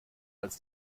als